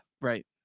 Right